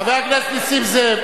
חבר הכנסת נסים זאב,